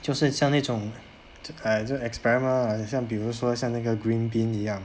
就是像那种 err 就 experiment ah 很像比如说像那个 green bean 一样